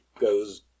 goes